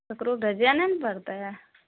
केकरो भेजए नहि ने पड़तै